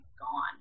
gone